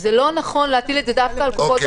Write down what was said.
זה לא נכון להטיל את זה דווקא על קופות